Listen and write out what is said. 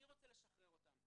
אני רוצה לשחרר אותם.